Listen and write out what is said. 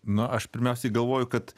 na aš pirmiausiai galvoju kad